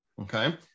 Okay